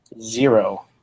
zero